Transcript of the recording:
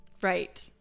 Right